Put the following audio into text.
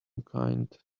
kind